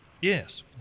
yes